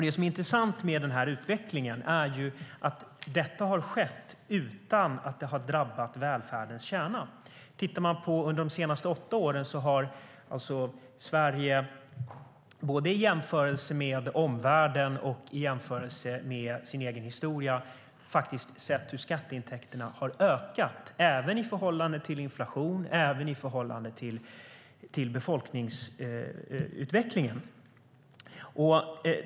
Det som är intressant med den här utvecklingen är att den har skett utan att drabba välfärdens kärna.De senaste åtta åren har Sveriges skatteintäkter ökat i jämförelse med både omvärlden och vår egen historia och med hänsyn tagen till inflationen och befolkningsutvecklingen.